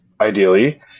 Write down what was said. ideally